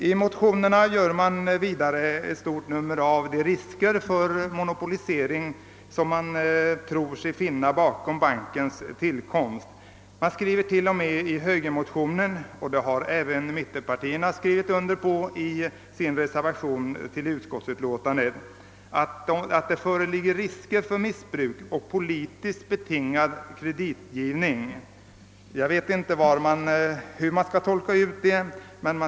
I motionerna gör man vidare ett stort nummer av de risker för monopolisering som man tror kan bli en följd av bankens tillkomst. I högermotionen säges t.o.m. — och detta skriver mittenpartierna under i den reservation som fogats till utskottets utlåtande — att det föreligger risker för missbruk och poli tiskt betingad kreditgivning. Jag vet inte hur detta skall tolkas.